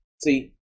See